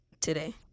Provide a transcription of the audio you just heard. today